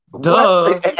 Duh